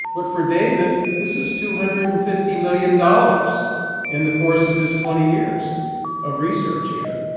but for david, this is two hundred and fifty million dollars in the course of his twenty years of research here.